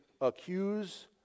accuse